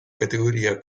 categoria